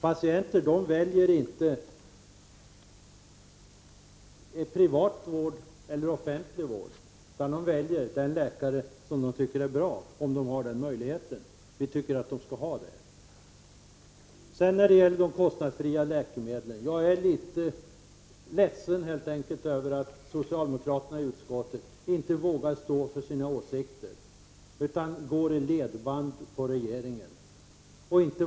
Patienterna väljer inte mellan privat vård och offentlig vård, utan de väljer den läkare som de tycker är bra, om de har denna möjlighet. Vi i folkpartiet tycker att patienterna skall ha denna möjlighet. När det gäller de kostnadsfria läkemedlen är jag helt enkelt litet ledsen över att socialdemokraterna i utskottet inte vågar stå för sina åsikter utan går i regeringens ledband.